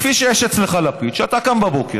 כפי שיש אצלך, לפיד, שאתה קם בבוקר,